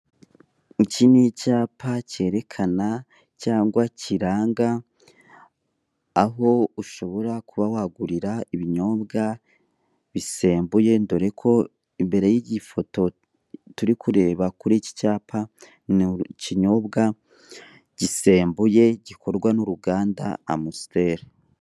Iki ni icyapa kerekana cyangwa kiranga aho ushobora kuba wagurira ibinyobwa bisembuye dore ko imbere y'iyi foto turi kureba kuri iki cyapa ni ikinyobwa gisembuye gikorwa n'uruganda amusiteri.